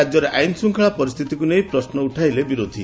ରାଜ୍ୟରେ ଆଇନ୍ଶୃଙ୍ଖଳା ପରିସ୍ଥିତିକୁ ନେଇ ପ୍ରଶ୍ନ ଉଠାଇଲେ ବିରୋଧୀ